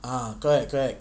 ah correct correct